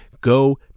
Go